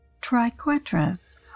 Triquetras